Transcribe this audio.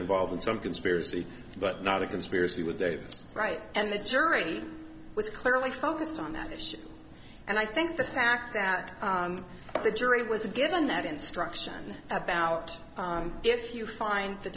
involved in some conspiracy but not a conspiracy with their right and the jury was clearly focused on that issue and i think the fact that the jury was given that instruction about if you find the